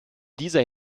dieser